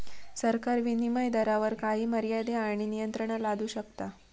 सरकार विनीमय दरावर काही मर्यादे आणि नियंत्रणा लादू शकता